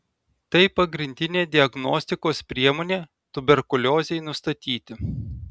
tai pagrindinė diagnostikos priemonė tuberkuliozei nustatyti